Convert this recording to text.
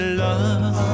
love